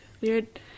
weird